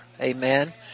Amen